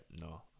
no